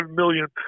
million